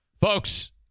Folks